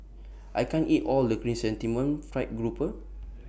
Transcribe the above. I can't eat All of The Chrysanthemum Fried Grouper